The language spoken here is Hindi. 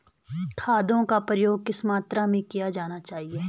खादों का प्रयोग किस मात्रा में किया जाना चाहिए?